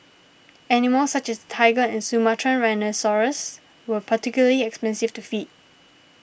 animals such as tiger and Sumatran rhinoceros were particularly expensive to feed